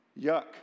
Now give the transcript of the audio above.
Yuck